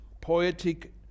poetic